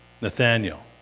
Nathaniel